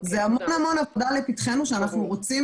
זה המון המון עבודה לפתחנו שאנחנו רוצים